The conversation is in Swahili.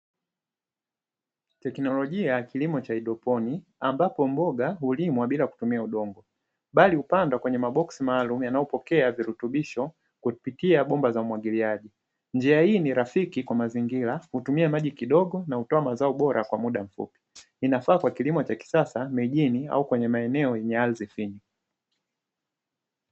Teknolojia ya kilimo cha haidroponi ambapo mboga hulimwa bila kutumia udongo, bali hupandwa kwenye maboksi maalumu yanayopokea virutubisho kupitia bomba za umwagiliaji, njia hii ni rafiki kwa mazingira hutumia maji kidogo na hutoa mazao bora kwa muda mfupi, inafaa kwa kilimo cha kisasa mijini au kwenye maeneo yenye ardhi finyu.